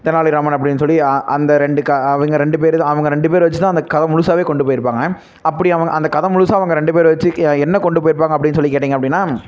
தெனாலிராமன் அப்படின்னு சொல்லி அ அந்த ரெண்டு க அவங்க ரெண்டு பேர் தான் அவங்க ரெண்டு பேரை வச்சுதான் அந்த கதை முழுசாவே கொண்டு போயிருப்பாங்க அப்படி அவங்க அந்த கதை முழுசும் அவங்க ரெண்டு பேரை வச்சு என்ன கொண்டு போயிருப்பாங்க அப்படின்னு சொல்லி கேட்டிங்க அப்படின்னா